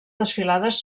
desfilades